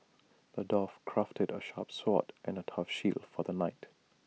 the dwarf crafted A sharp sword and A tough shield for the knight